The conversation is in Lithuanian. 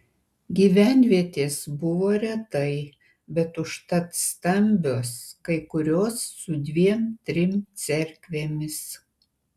gyvenvietės buvo retai bet užtat stambios kai kurios su dviem trim cerkvėmis